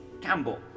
Campbell